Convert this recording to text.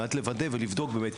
על מנת לוודא ולבדוק באמת,